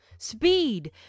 Speed